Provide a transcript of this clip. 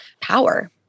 power